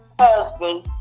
husband